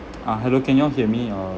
uh hello can you all hear me or